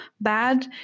bad